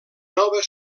nova